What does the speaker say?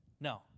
No